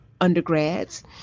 undergrads